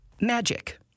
Magic